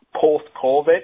post-COVID